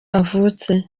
avutse